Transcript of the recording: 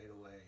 away